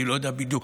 אני לא יודע בדיוק,